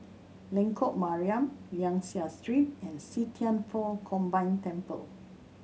Lengkok Mariam Liang Seah Street and See Thian Foh Combined Temple